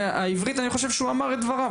והעברית אני חושב שהוא אמר את דבריו,